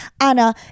Anna